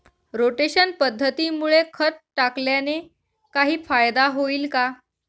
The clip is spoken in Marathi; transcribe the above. रोटेशन पद्धतीमुळे खत टाकल्याने काही फायदा होईल का?